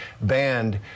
banned